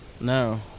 No